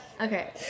Okay